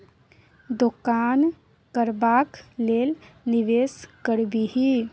दोकान करबाक लेल निवेश करबिही